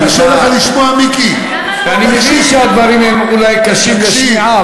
אני מבין שהדברים הם אולי קשים לשמיעה,